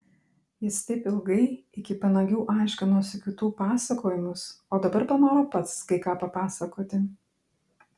jis taip ilgai iki panagių aiškinosi kitų pasakojimus o dabar panoro pats kai ką papasakoti